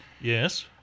Yes